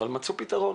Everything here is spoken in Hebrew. אבל מצאו פתרון.